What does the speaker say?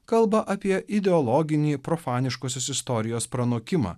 kalba apie ideologinį profaniškosios istorijos pranokimą